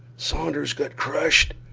saunders's got crushed!